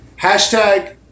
Hashtag